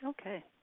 Okay